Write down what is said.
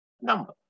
Number